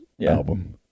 album